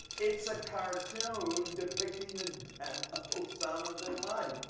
it's a cartoon depicting the death of osama bin laden.